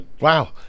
Wow